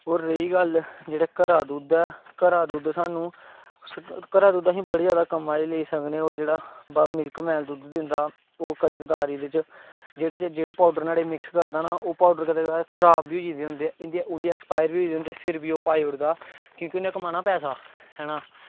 होर रेही गल्ल जेह्ड़ा घरा दा दुद्ध ऐ घरा दा दुद्ध सानूं घरा दा दुद्ध असीं बड़ी जादा कम्म लेई सकने होर जेह्ड़ा मिल्क मैन दुद्ध दिंदा ओह् कदें कदार एह्दे च जेह्ड़े चीज जेह्ड़ा पौडर नुहाड़े च मिक्स करदा न ओह् पौडर कदें कदें खराब बी होई गेदे होंदे एह्दी उं'दी ऐक्सपायर बी होई गेदे होंदे फ्ही बी ओह् पाई ओड़दा क्योंकि उन्नै कमाना पैसा है ना